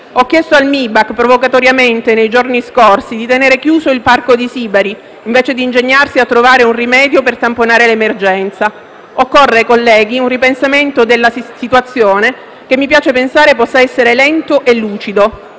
Ho chiesto al MIBACT, provocatoriamente, nei giorni scorsi, di tenere chiuso il Parco di Sibari, invece di ingegnarsi a trovare un rimedio per tamponare l'emergenza. Occorre, colleghi, un ripensamento della situazione, che mi piace pensare possa essere lento e lucido.